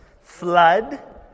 flood